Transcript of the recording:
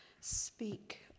speak